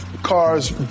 Cars